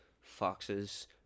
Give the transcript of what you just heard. foxes